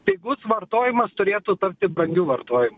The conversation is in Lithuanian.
pigus vartojimas turėtų tapti brangiu vartojimui